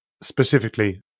specifically